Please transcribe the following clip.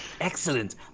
excellent